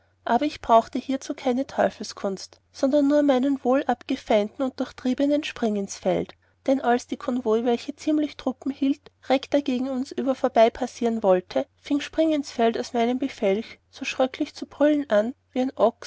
aber ich brauchte hierzu keine teufelskunst sondern nur meinen wohlabgefeimten und durchtriebenen springinsfeld dann als die konvoi welche ziemlich truppen hielte recta gegen uns über vorbeipassieren wollte fieng springinsfeld aus meinem befelch so schröcklich an zu brüllen wie ein